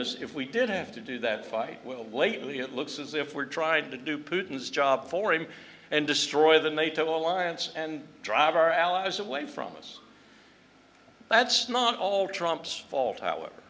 us if we did have to do that fight well lately it looks as if we're trying to do putin's job for him and destroy the nato alliance and drive our allies away from us that's not all trump's fault however